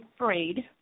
afraid